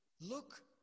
look